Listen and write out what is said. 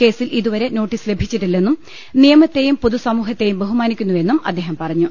കേസിൽ ഇതുവരെ നോട്ടീസ് ലഭിച്ചിട്ടില്ലെന്നും നിയമത്തെയും പൊതുസമൂഹത്തെയും ബഹുമാനിക്കുന്നുവെന്നും അദ്ദേഹം പറഞ്ഞു